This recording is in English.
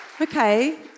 Okay